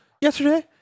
yesterday